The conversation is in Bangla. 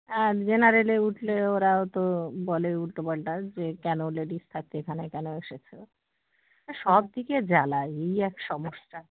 আর জেনারেলে উঠলে ওরাও তো বলে উল্টোপাল্টা যে কেন লেডিজ থাকতে এখানে কেন এসেছো সব দিকে জ্বালা এই এক সমস্যা